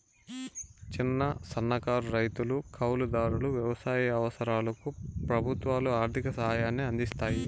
చిన్న, సన్నకారు రైతులు, కౌలు దారులకు వ్యవసాయ అవసరాలకు ప్రభుత్వాలు ఆర్ధిక సాయాన్ని అందిస్తాయి